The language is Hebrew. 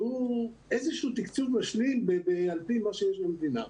שהוא איזשהו תקצוב משלים על פי מה שיש במדינה.